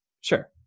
sure